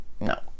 no